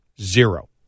zero